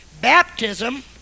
Baptism